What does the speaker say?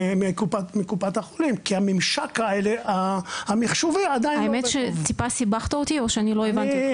מקופת החולים, כי הממשק המחשבי עדיין לא עובד טוב.